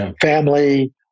family